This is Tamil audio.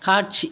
காட்சி